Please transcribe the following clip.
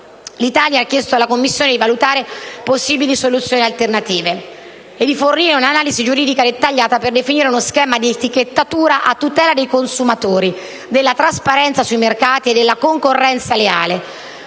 l'Italia ha chiesto alla Commissione di valutare possibili soluzioni alternative e di fornire una analisi giuridica dettagliata per definire uno schema di etichettatura a tutela dei consumatori, della trasparenza sui mercati e della concorrenza leale,